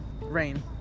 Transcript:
rain